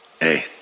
Hey